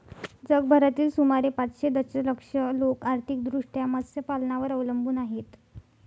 जगभरातील सुमारे पाचशे दशलक्ष लोक आर्थिकदृष्ट्या मत्स्यपालनावर अवलंबून आहेत